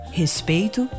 respeito